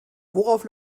worauf